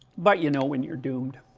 but you know when you are doomed